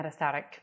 metastatic